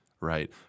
right